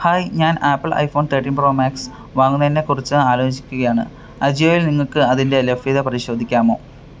hi ഞാൻ Apple iPhone thirteen pro max വാങ്ങുന്നതിനെക്കുറിച്ച് ആലോചിക്കുകയാണ് അജിയോയിൽ നിങ്ങൾക്ക് അതിൻ്റെ ലഭ്യത പരിശോധിക്കാമോ